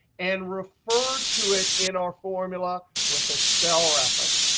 and referred to it in our formula with a cell reference.